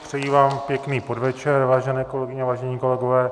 Přeji vám pěkný podvečer, vážené kolegyně, vážení kolegové.